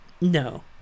No